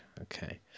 okay